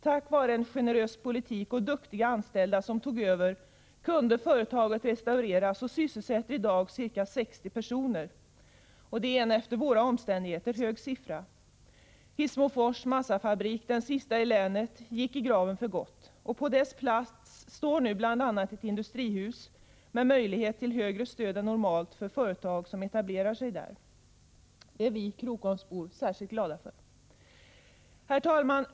Tack vare en generös politik och duktiga anställda som tog över kunde företaget restaureras och sysselsätter i dag ca 60 personer, vilket är ett efter våra omständigheter stort antal. Hissmofors massafabrik, den sista i länet, gick i graven för gott. På dess plats står nu bl.a. ett industrihus med möjlighet till högre stöd än normalt för företag som etablerar sig där. Det är vi krokomsbor särskilt glada för. Herr talman!